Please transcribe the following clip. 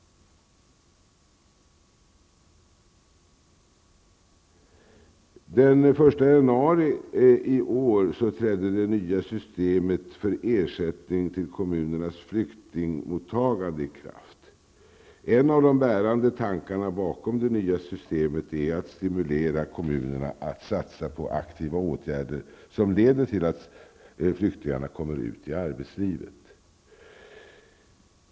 Den 1 januari i år trädde det nya systemet för ersättning till kommunernas flyktingmottagande i kraft. En av de bärande tankarna bakom det nya systemet är att stimulera kommunerna till att satsa på aktiva åtgärder som leder till att flyktingarna kommer ut i arbetslivet.